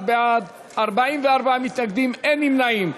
61 בעד, 44 מתנגדים, אין נמנעים.